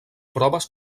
proves